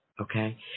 Okay